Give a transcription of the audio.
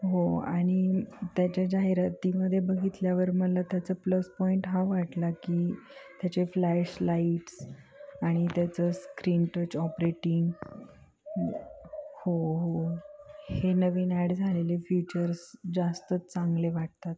हो आणि त्याच्या जाहिरातीमध्ये बघितल्यावर मला त्याचा प्लस पॉईंट हा वाटला की त्याचे फ्लॅशलाईट्स आणि त्याचं स्क्रीन टच ऑपरेटिंग हो हो हे नवीन ॲड झालेले फीचर्स जास्तच चांगले वाटतात